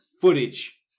footage